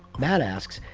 matt asks,